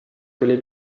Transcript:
tuli